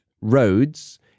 roads